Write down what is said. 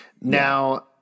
Now